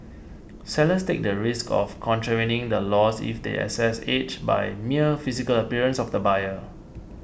sellers take the risk of contravening the laws if they assess age by mere physical appearance of the buyer